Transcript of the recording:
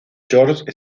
george